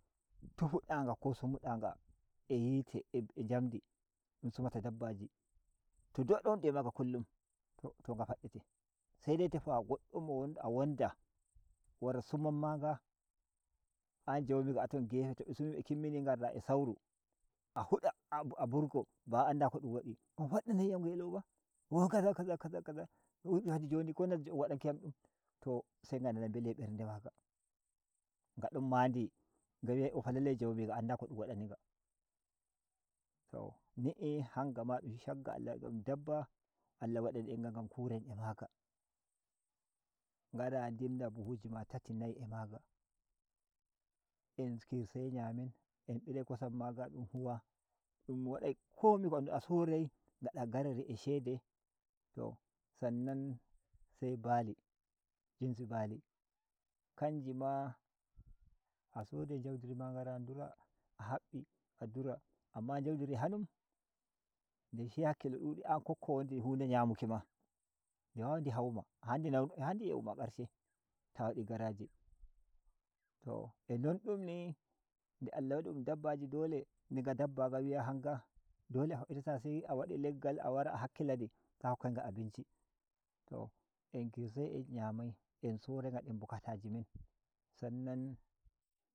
Tufuda nga ko sumuɗa nga a yite a jamdi dun sumata dabbaji to dai don wondi a maga kullum to to nga faddete sedai tefowa goddo mo a wonda wara sumamma nga an jomiga aton gefe t be sumi be kimmini ngarda a sauru a huda a burgo ba’a anda ko dun wadi dun fadda nauyam ngeloba wo kaza kaza kaza kaza kadi jni ko nazzi on wadanki yam dum to se nga nana mbeli a berde maga nga don ma ndi ngawi ai fa lallai jomiga anda ko dun wadani nga. To ni’I han nga ma dun shagga Allah wadi dun dabba Allah wadani en gan kuren a maga ngara dimda buhuji ma tati nayi a maga en kirsai nyamen enbirai kosam maga dun huwa dum wadai komi ko andu a sorai ngada garari a shede to sannan se bali jinsi bali kanji ma a sodai jaudiri ma ngara dura a haɓɓi a dura amma jaudiri hayum de shiya hakkilo dudi an gokkowodi hude yamuki ma di wawai ndi hawuma ha ndi ha ndi yewuma karshe ta wadi garaje to a non dum ni nde Allah wadi dun dabbaji dole nda ga dabba nga wi’a hanga dole a fabbitata se wadi leggal a wara a hakkilani to hokkai nga abinci to en kirsai en nyamai en sorai ngaden bukataji men sannan.